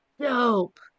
Dope